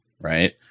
right